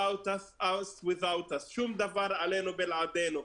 שום דבר עלינו בלעדינו.